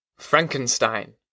Frankenstein